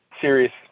serious